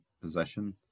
possession